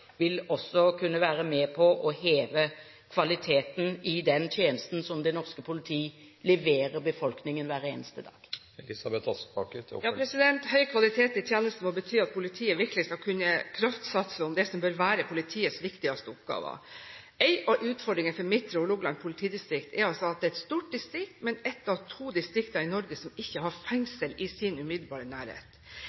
vil kunne være med på å heve kvaliteten i den tjenesten som det norske politiet leverer befolkningen hver eneste dag. Høy kvalitet i tjenesten må bety at politiet virkelig skal kunne kraftsatse på det som bør være politiets viktigste oppgaver. En av utfordringene for Midtre Hålogaland politidistrikt er at det er et stort distrikt, men ett av to distrikter i Norge som ikke har